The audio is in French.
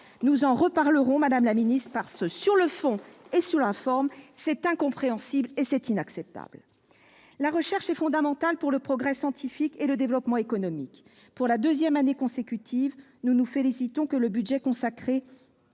Nous en reparlerons, madame la ministre, car, sur le fond et sur la forme, c'est incompréhensible et c'est inacceptable ! La recherche est fondamentale pour le progrès scientifique et le développement économique. Pour la deuxième année consécutive, nous nous félicitons de ce que le budget consacré